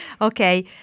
Okay